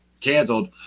canceled